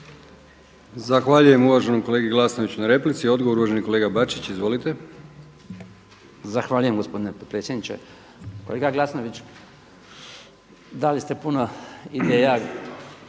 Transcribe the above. Zahvaljujem uvaženom kolegi Glasnoviću na replici. Odgovor uvaženi kolega Bačić. Izvolite. **Bačić, Branko (HDZ)** Zahvaljujem gospodine potpredsjedniče. Kolega Glasnović, dali ste puno ideja